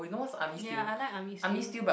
ya I like army stew